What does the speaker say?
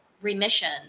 remission